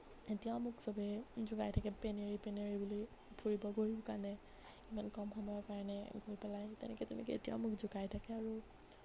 এতিয়াও মোক সবেই জোকাই থাকে পেনেৰি পেনেৰি বুলি ফুৰিব গৈয়ো কান্দে ইমান কম সময়ৰ কাৰণে গৈ পেলাইও তেনেকে তেনেকে এতিয়াও মোক জোকাই থাকে আৰু